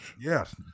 Yes